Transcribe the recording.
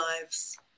lives